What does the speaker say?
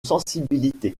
sensibilité